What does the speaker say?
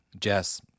Jess